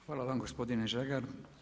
Hvala vam gospodine Žagar.